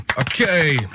okay